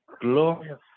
glorious